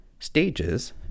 stages